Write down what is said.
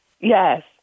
Yes